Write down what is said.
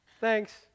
Thanks